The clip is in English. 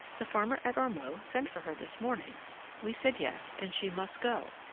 the farmer at ormeaux sent for her this morning we said yes, and she must go.